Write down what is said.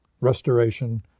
Restoration